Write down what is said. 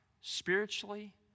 Spiritually